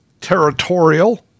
territorial